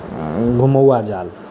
घुमौआ जाल